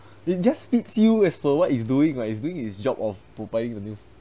it just feeds you as per what it's doing what it's doing it's job of providing the news